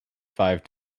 five